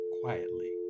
quietly